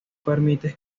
permite